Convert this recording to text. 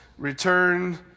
Return